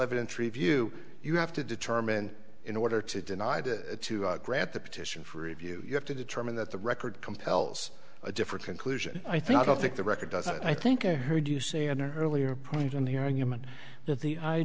evidence review you have to determine in order to deny that to grant the petition for review you have to determine that the record compels a different conclusion i think i don't think the record doesn't i think i heard you say an earlier point in hearing you meant that the i